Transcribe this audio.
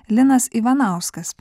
linas ivanauskas